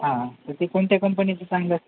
हा तर ते कोणत्या कंपनीचे सांगा